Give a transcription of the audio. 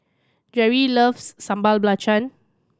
Jere loves Sambal Belacan